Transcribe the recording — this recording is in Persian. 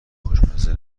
خوشمزه